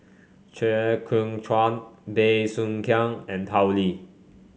Chew Kheng Chuan Bey Soo Khiang and Tao Li